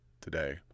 today